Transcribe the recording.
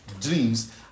dreams